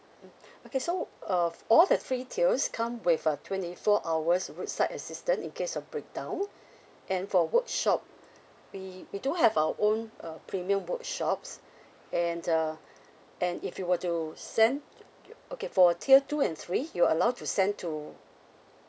okay so uh all the three tiers come with a twenty four hours roadside assistance in case of breakdown and for workshop we we do have our own uh premium workshops and uh and if you were to send okay for tier two and three you are allowed to send to